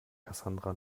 cassandra